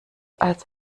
als